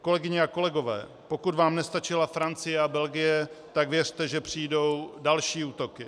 Kolegyně a kolegové, pokud vám nestačila Francie a Belgie, tak věřte, že přijdou další útoky.